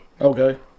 Okay